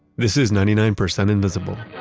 this is ninety nine percent invisible.